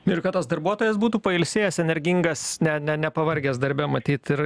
ir kad tas darbuotojas būtų pailsėjęs energingas ne ne nepavargęs darbe matyt ir